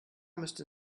müsste